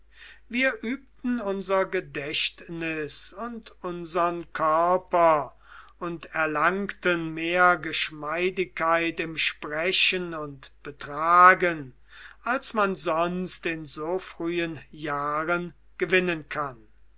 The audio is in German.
wir übten unser gedächtnis und unsern körper und erlangten mehr geschmeidigkeit im sprechen und betragen als man sonst in so frühen jahren gewinnen kann